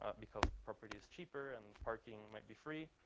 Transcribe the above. ah because property is cheaper and parking might be free.